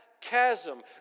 chasm